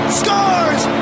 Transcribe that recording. scores